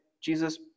Jesus